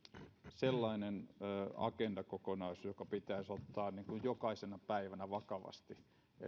sellainen agendakokonaisuus joka pitäisi ottaa jokaisena päivänä vakavasti